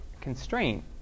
constraint